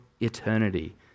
eternity